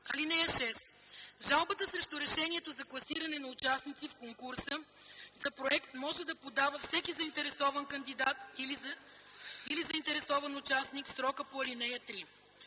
дата. (6) Жалба срещу решението за класиране на участниците в конкурса за проект може да подава всеки заинтересован кандидат или заинтересован участник в срока по ал. 3.”